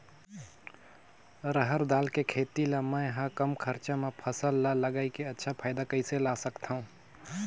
रहर दाल के खेती ला मै ह कम खरचा मा फसल ला लगई के अच्छा फायदा कइसे ला सकथव?